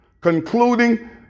concluding